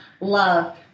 Love